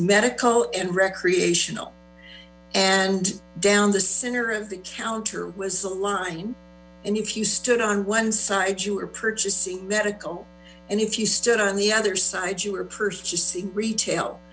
medical and recreational and down the center of the counter was saline and if you stood o one side you were purchasing medical and if you stood on the other side you were